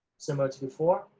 similar to before,